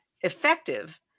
effective